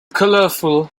colorful